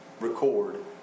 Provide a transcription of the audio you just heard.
record